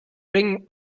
ring